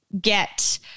get